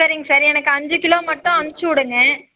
சரிங்க சார் எனக்கு அஞ்சு கிலோ மட்டும் அனுப்பிச்சு விடுங்கள்